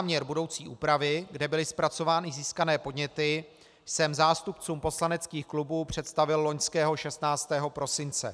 Záměr budoucí úpravy, kde byly zpracované získané podněty, jsem zástupcům poslaneckých klubů představil loňského 16. prosince.